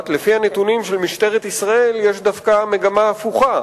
ולפי הנתונים של משטרת ישראל יש דווקא מגמה הפוכה.